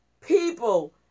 people